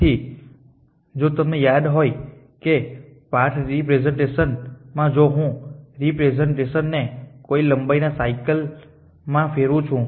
તેથી જો તમને યાદ હોય કે પાથ રેપ્રેસેંટેશનમાં જો હું આ રેપ્રેસેંટેશનને કોઈ લંબાઈના સાયકલ માં ફેરવું છું